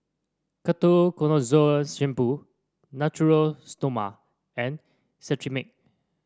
Ketoconazole Shampoo Natura Stoma and Cetrimide